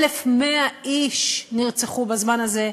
1,100 איש נרצחו בזמן הזה.